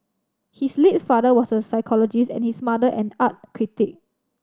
his late father was a psychologist and his mother an art critic